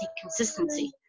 consistency